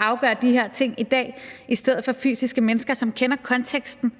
afgør de her ting i dag, i stedet for fysiske mennesker, som kender konteksten